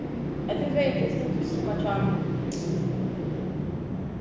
I think it's very interesting to see macam